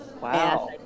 Wow